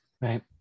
right